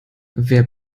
wer